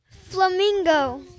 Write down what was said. Flamingo